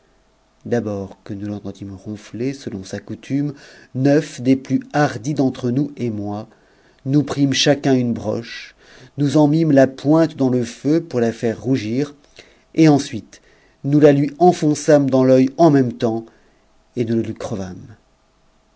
d'abord que nous l'entendîmes ronfler selon sa coutume neuf des plus hardis d'entre nous et moi nous prîmes chacu une broche nous en mimes la pointe dans le feu pour la faire roug'r et ensuite nous la lui enfonçâmes dans l'œil en même temps et nous le lui